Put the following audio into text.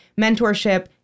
mentorship